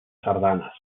sardanes